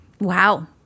wow